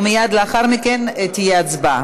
ומייד לאחר מכן תתקיים הצבעה.